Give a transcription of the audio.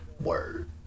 Word